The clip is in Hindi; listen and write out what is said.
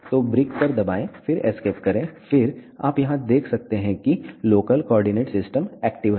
तो ब्रिक पर दबाएं फिर एस्केप करे फिर आप यहां देख सकते हैं कि लोकल कोऑर्डिनेट सिस्टम एक्टिव है